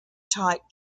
type